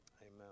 Amen